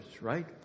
right